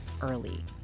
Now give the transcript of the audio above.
early